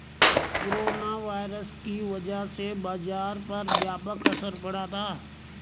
corona virus की वजह से बाजार पर व्यापक असर पड़ा था